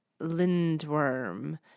Lindworm